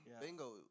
Bingo